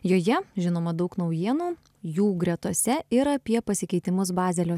joje žinoma daug naujienų jų gretose ir apie pasikeitimus bazelio